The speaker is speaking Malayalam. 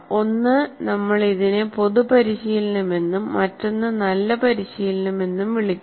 ഒന്ന് നമ്മൾ ഇതിനെ പൊതു പരിശീലനം എന്നും മറ്റൊന്ന് നല്ല പരിശീലനം എന്നും വിളിക്കുന്നു